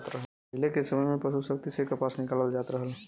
पहिले के समय में पसु शक्ति से कपास निकालल जात रहल